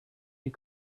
you